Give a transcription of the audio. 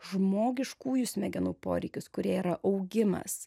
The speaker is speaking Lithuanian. žmogiškųjų smegenų poreikius kurie yra augimas